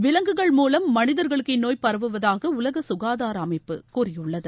விலங்குகள் மூலம் மனிதர்களுக்கு இந்நோய் பரவுவதாகஉலகசுகாதாரஅமைப்பு கூறியுள்ளது